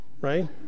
right